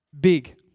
big